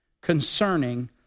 concerning